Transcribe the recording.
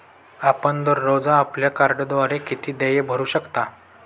आपण दररोज आपल्या कार्डद्वारे किती देय भरू शकता?